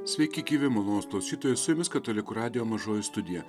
sveiki gyvi malonūs klausytojai su jumis katalikų radijo mažoji studija